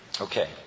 Okay